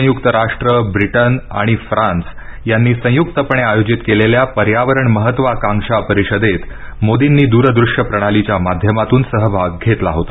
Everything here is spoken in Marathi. संयुक्त राष्ट्र ब्रिटन आणि फ्रान्स यांनी संयुक्तपणे आयोजित केलेल्या पर्यावरण महत्वाकांक्षा परिषदेत मोदींनी दूर दृश्य प्रणालीच्या माध्यमातून सहभाग घेतला होता